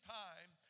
time